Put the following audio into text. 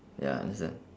ya understand